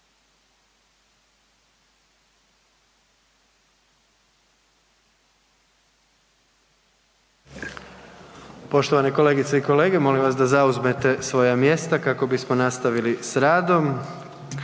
Poštovane kolegice i kolege, molim vas da zauzmete svoja mjesta kako bismo nastavili s radom.